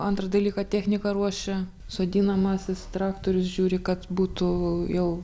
antrą dalyką techniką ruošia sodinamasis traktorius žiūri kad būtų jau